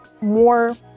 more